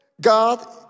god